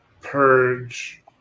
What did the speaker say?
Purge